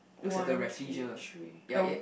one two three oh